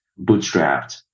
bootstrapped